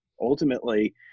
ultimately